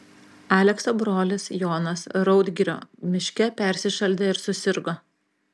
alekso brolis jonas raudgirio miške persišaldė ir susirgo